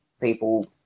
people